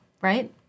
Right